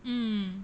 mm